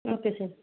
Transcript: okay sir